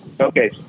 Okay